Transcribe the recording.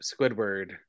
squidward